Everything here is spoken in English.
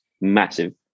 Massive